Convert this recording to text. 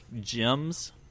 gems